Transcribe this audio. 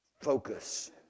focus